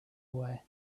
away